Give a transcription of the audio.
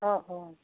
অঁ অঁ